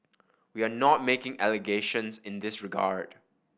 we are not making allegations in this regard